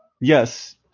Yes